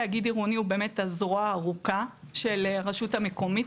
תאגיד עירוני הוא באמת הזרוע הארוכה של הרשות המקומית,